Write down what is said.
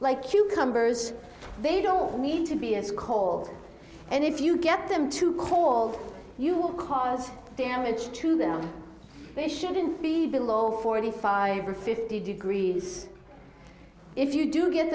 like you cumbers they don't need to be as cold and if you get them to call you will cause damage to them they shouldn't be below forty five or fifty degrees if you do get